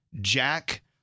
Jack